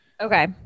Okay